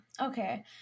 Okay